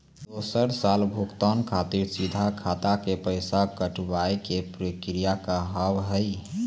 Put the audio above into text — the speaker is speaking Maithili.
दोसर साल भुगतान खातिर सीधा खाता से पैसा कटवाए के प्रक्रिया का हाव हई?